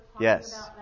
Yes